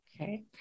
Okay